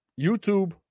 YouTube